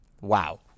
wow